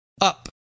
up